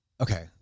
Okay